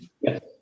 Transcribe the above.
Yes